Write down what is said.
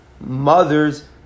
mother's